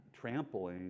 trampling